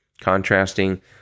contrasting